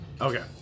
Okay